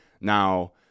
Now